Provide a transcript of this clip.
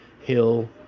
Hill